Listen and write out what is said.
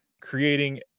creating